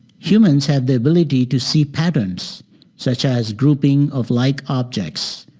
humans have the ability to see patterns such as grouping of like objects.